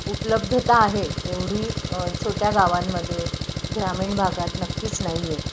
उपलब्धता आहे तेवढी छोट्या गावांमध्ये ग्रामीण भागात नक्कीच नाही आहे